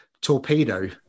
torpedo